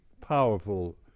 powerful